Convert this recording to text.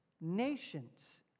nations